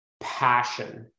passion